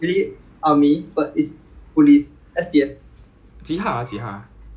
eh also two weeks confinement ah